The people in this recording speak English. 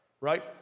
right